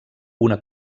una